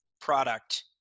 product